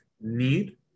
need